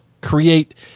create